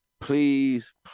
please